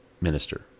minister